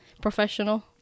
professional